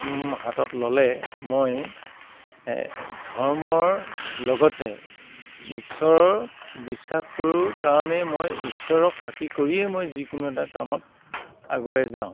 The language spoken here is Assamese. হাতত ল'লে মই ধৰ্মৰ লগতে ইশ্বৰৰ বিশ্বাস কৰোঁ কাৰণেই মই ইশ্বৰক সাক্ষী কৰিয়েই মই যিকোনো এটা কামত আগুৱাই যাওঁ